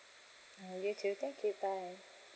mm you too thank you bye